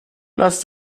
lass